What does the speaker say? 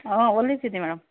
ಹಾಂ ಹೊಲಿತಿದಿ ಮೇಡಮ್